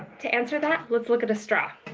to answer that, let's look at a straw.